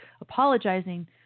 apologizing